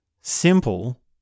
simple